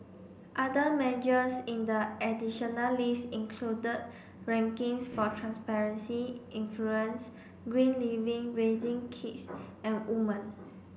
other measures in the additional list included rankings for transparency influence green living raising kids and women